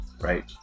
right